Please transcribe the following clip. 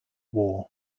war